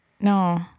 no